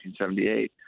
1978